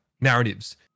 narratives